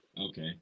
Okay